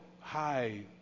high